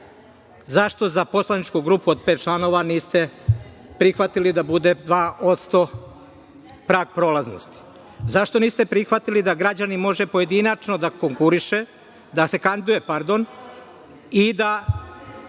zašto za poslaničku grupu od pet članova niste prihvatili da bude 2% prag prolaznosti? Zašto niste prihvatili da građanin može pojedinačno da se kandiduje i da